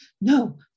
no